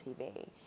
TV